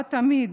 וידעה תמיד